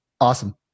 Awesome